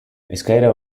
eskaera